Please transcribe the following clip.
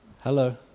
Hello